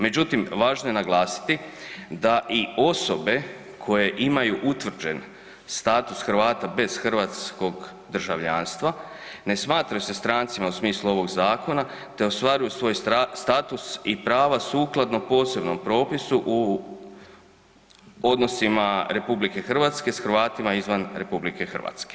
Međutim, važno je naglasiti da i osobe koje imaju utvrđen status Hrvata bez hrvatskog državljanstva ne smatraju se strancima u smislu ovog zakona, te ostvaruju svoj status i prava sukladno posebnom propisu u odnosima RH s Hrvatima izvan RH.